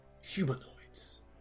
Humanoids